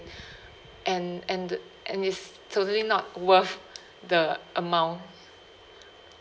and and the and it's totally not worth the amount